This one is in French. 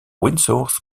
windsor